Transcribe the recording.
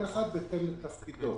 כל אחד בתוקף תפקידו.